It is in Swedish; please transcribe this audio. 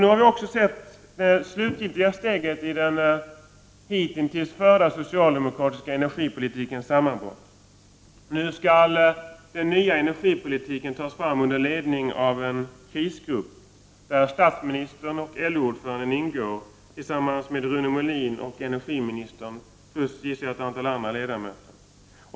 Nu har vi också sett det slutgiltiga steget i fråga om den hitintills förda socialdemokratiska energipolitiken och dess sammanbrott. Nu skall ny energipolitik tas fram under ledning av en krisgrupp, där statsministern och LO-ordföranden ingår jämte Rune Molin och energiministern plus, gissar jag, ett antal ledamöter.